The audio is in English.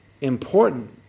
important